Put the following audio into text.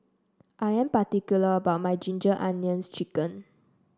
I am particular about my Ginger Onions chicken